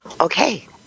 okay